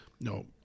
no